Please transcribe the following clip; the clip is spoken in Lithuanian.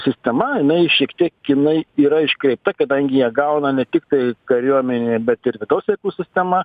sistema jinai šiek tiek jinai yra iškreipta kadangi ją gauna ne tiktai kariuomenė bet ir vidaus reikalų sistema